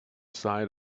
side